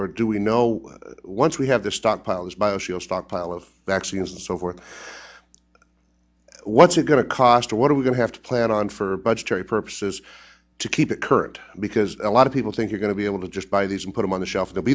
or do we know once we have the stockpiles bioshield stockpile of vaccines and so forth what's it going to cost or what are we going to have to plan on for budgetary purposes to keep it current because a lot of people think you're going to be able to just buy these and put them on the shelf they'll